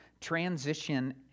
transition